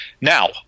now